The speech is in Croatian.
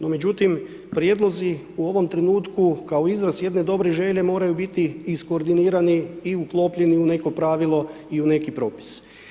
No međutim, prijedlozi u ovom trenutku, kao izraz jedne dobre želje moraju biti iskoordinirani i uklopljeni u neko pravilo u neki propis.